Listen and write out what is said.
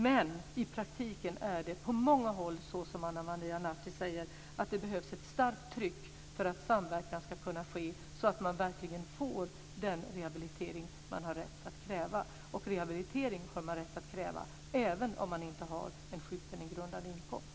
Men i praktiken är det på många håll så som Ana Maria Narti säger, nämligen att det behövs ett starkt tryck för att samverkan ska kunna ske så att man verkligen får den rehabilitering man har rätt att kräva. Och rehabilitering har man rätt kräva även om man inte har en sjukpenninggrundande inkomst.